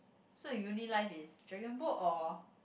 so you uni life is dragon boat or